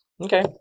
Okay